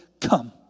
come